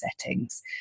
settings